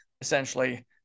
essentially